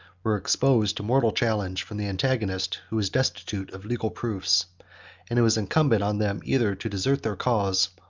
were exposed to mortal challenge from the antagonist who was destitute of legal proofs and it was incumbent on them either to desert their cause,